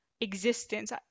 existence